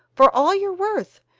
for all your worth!